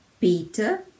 Peter